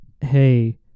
hey